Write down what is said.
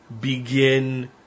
begin